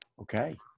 Okay